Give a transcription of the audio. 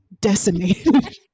decimated